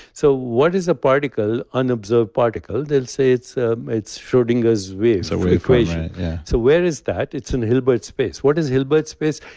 so, what is unobserved particle? they'll say it's ah it's schrodinger's wave so equation so where is that? it's in hilbert space. what is hilbert's space?